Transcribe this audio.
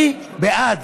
אני בעד,